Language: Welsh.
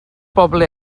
bobl